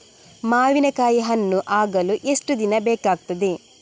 ಮಾವಿನಕಾಯಿ ಹಣ್ಣು ಆಗಲು ಎಷ್ಟು ದಿನ ಬೇಕಗ್ತಾದೆ?